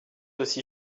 aussi